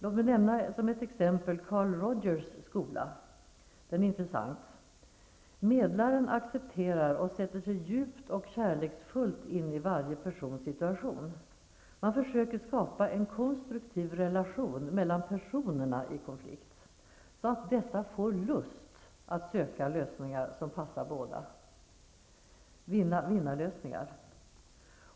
Låt mig nämna Carl Rogers skola som ett intressant exempel. Medlaren accepterar och sätter sig djupt och kärleksfullt in i varje persons situation. Man försöker skapa en konstruktiv relation mellan personerna i konflikt, så att dessa får lust att söka lösningar som passar båda, vinna-vinna-lösningar.